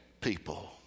people